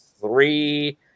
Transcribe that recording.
three